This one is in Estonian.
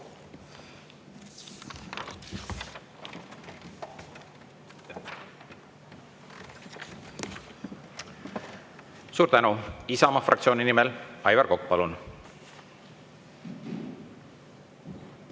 Suur tänu! Isamaa fraktsiooni nimel Aivar Kokk, palun!